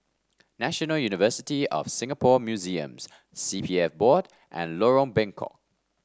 National University of Singapore Museums C P F Board and Lorong Bengkok